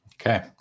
Okay